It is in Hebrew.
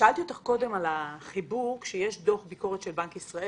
שאלתי אותך קודם על התפקיד שלך כשיש דוח ביקורת של בנק ישראל.